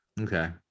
Okay